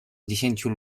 dziesięciu